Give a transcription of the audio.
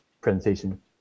presentation